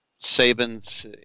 Saban's